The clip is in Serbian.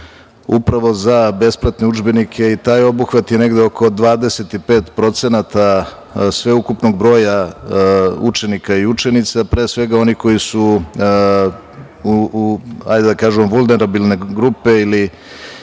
upravo za besplatne udžbenike i taj obuhvat je negde oko 25% sveukupnog broja učenika i učenica, pre svega onih koji su vulnerabilne grupe ili